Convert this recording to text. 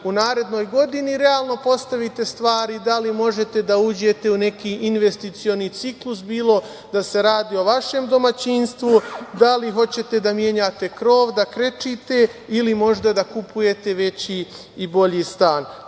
u narednoj godini i realno postavite stvari da li možete da uđete u neki investicioni ciklus bilo da se radi o vašem domaćinstvu, da li hoćete da menjate krov, da krečite ili možda da kupujete veći i bolji stan.